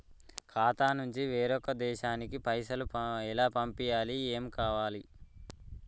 ఖాతా నుంచి వేరొక దేశానికి పైసలు ఎలా పంపియ్యాలి? ఏమేం కావాలి?